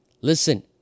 listen